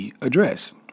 address